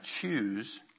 choose